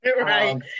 Right